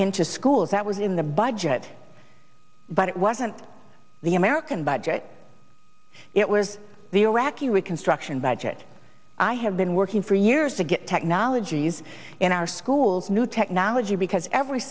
into schools that was in the budget but it wasn't the american budget it was the iraqi reconstruction budget i have been working for years to get technologies in our schools new technology because every